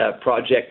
project